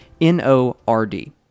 N-O-R-D